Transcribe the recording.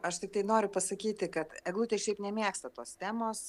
aš tiktai noriu pasakyti kad eglute šiaip nemėgsta tos temos